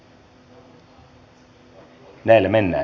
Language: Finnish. näillä mennään